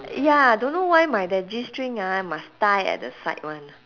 ya don't know why my that g-string ah must tie at the side [one]